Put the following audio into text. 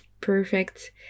perfect